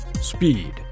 Speed